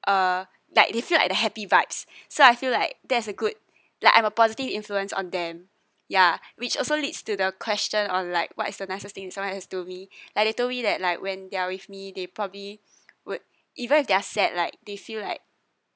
uh like they feel like the happy vibes so I feel like there's a good like I'm a positive influence on them ya which also leads to the question on like what's the nicest thing someone has told me like they told me that like when they're with me they probably would even if they're sad like they feel like